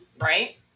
right